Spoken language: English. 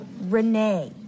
renee